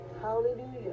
Hallelujah